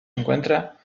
encuentra